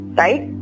right